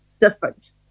different